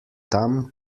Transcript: tam